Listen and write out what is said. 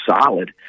solid